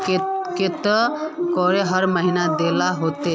केते करके हर महीना देल होते?